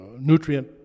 nutrient